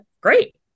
great